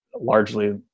largely